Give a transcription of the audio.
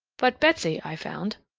but betsy, i found,